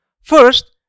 First